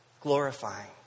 glorifying